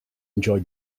enjoy